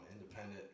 independent